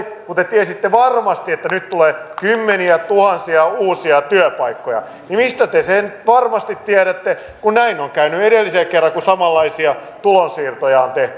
kun te tiesitte varmasti että nyt tulee kymmeniätuhansia uusia työpaikkoja niin mistä te sen varmasti tiedätte kun näin on käynyt edellisellä kerralla kun samanlaisia tulonsiirtoja on tehty